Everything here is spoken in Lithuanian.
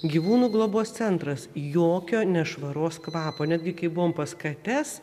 gyvūnų globos centras jokio nešvaros kvapo netgi kai buvom pas kates